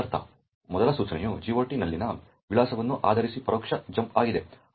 ಮೊದಲ ಸೂಚನೆಯು GOT ನಲ್ಲಿನ ವಿಳಾಸವನ್ನು ಆಧರಿಸಿ ಪರೋಕ್ಷ ಜಂಪ್ ಆಗಿದೆ